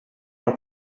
pel